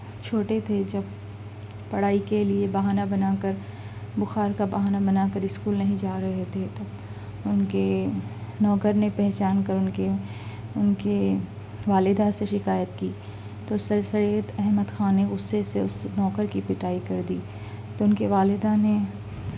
چھوٹے تھے جب پڑھائی کے لئے بہانا بنا کر بخار کا بہانا بنا کر اسکول نہیں جا رہے تھے تب ان کے نوکر نے پہچان کر ان کے ان کے والدہ سے شکایت کی تو سر سید احمد خاں نے اسے سے اس نوکر کی پٹائی کر دی تو ان کی والدہ نے